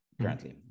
currently